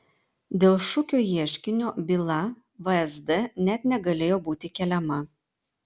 dėl šukio ieškinio byla vsd net negalėjo būti keliama